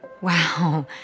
Wow